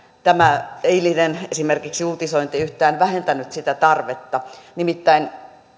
tämä eilinen uutisointi ei yhtään vähentänyt sitä tarvetta nimittäin